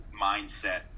mindset